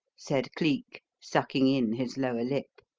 said cleek, sucking in his lower lip.